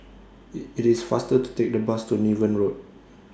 IT IT IS faster to Take The Bus to Niven Road